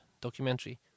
documentary